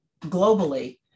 globally